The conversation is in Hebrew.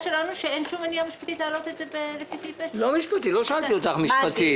אין שום מניעה משפטית להעלות את זה לפי סעיף 10. לא שאלתי אותך משפטית.